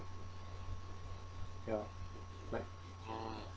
ya right